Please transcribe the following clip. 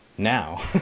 now